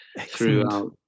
throughout